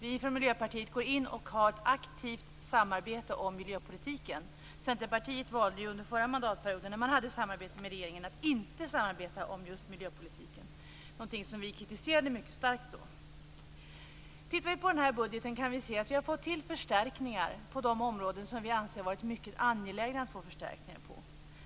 Vi från Miljöpartiet går in i ett aktivt samarbete om miljöpolitiken. Centerpartiet valde ju under förra mandatperioden, när man hade ett samarbete med regeringen, att inte samarbeta om just miljöpolitiken, någonting som vi kritiserade mycket starkt. Tittar man på den här budgeten kan man se att vi har fått till stånd förstärkningar på de områden som vi anser att det är mycket angeläget att åstadkomma förstärkningar på.